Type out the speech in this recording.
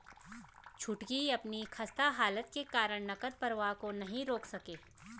छुटकी अपनी खस्ता हालत के कारण नगद प्रवाह को नहीं रोक सके